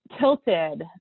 tilted